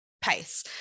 pace